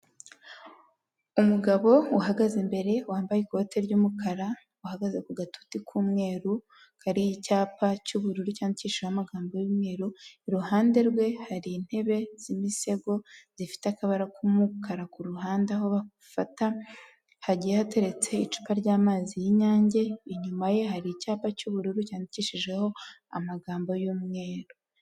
Umugabo uhagaze imbere wambaye ikote ry'umukara uhagaze ku gatoti k'umweru kariho icyapa cy'ubururu cyandikishijehomo amagambo y'umweru, iruhande rwe hari intebe z'imisego zifite akabara kumukara ku ruhande aho bafata hagiye hateretse icupa ry'amazi y'inyange inyuma ye hari icyapa cy'ubururu cyandikishiho amagambo y'umweru.